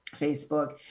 Facebook